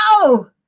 No